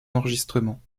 enregistrements